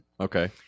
Okay